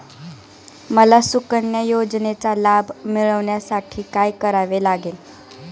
मला सुकन्या योजनेचा लाभ मिळवण्यासाठी काय करावे लागेल?